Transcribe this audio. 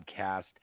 Podcast